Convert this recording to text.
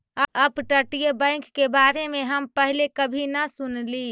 अपतटीय बैंक के बारे में हम पहले कभी न सुनली